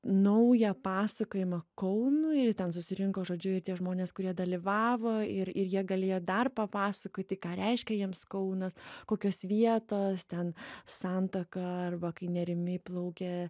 naują pasakojimą kaunui ir jie ten susirinko žodžiu tie žmonės kurie dalyvavo ir ir jie galėjo dar papasakoti ką reiškia jiems kaunas kokios vietos ten santaka arba kai nerimi plaukia